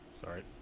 sorry